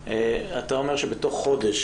גם התרופות שמופיעות בנוהל לא מעודכנות,